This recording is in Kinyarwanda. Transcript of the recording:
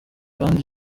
hadi